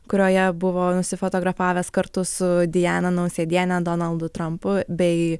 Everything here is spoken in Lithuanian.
kurioje buvo nusifotografavęs kartu su diana nausėdiene donaldu trampu bei